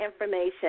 information